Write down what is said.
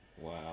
Wow